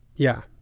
yeah,